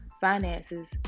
finances